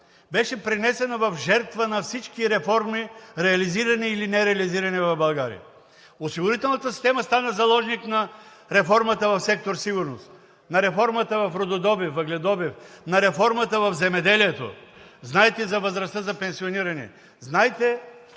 беше принесена в жертва на всички реформи, реализирани или нереализирани в България. Осигурителната система стана заложник на реформата в сектор „Сигурност“, на реформата в рудодобив, въгледобив, на реформата в земеделието. Знаете за възрастта за пенсиониране. Господин